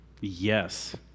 Yes